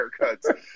haircuts